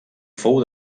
fou